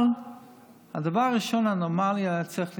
אבל הדבר הראשון, הנורמלי, היה צריך להיות,